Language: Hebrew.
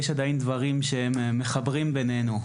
עדיין יש כמה דברים שמחברים בנינו.